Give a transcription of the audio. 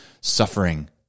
suffering